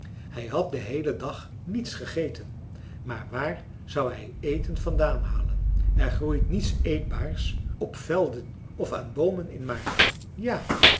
hij had den heelen dag niets gegeten maar waar zou hij eten vandaan halen er groeit niets eetbaars op velden of aan boomen in maart ja